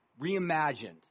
reimagined